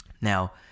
now